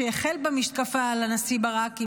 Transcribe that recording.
שהחל במתקפה על הנשיא ברק,